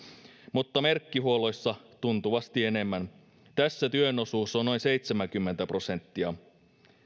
mutta merkkihuolloissa tuntuvasti enemmän tässä työn osuus on noin seitsemänkymmentä prosenttia